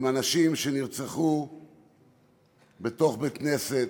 נרצחו בתוך בית-כנסת,